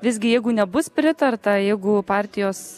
visgi jeigu nebus pritarta jeigu partijos